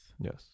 Yes